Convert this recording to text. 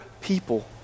people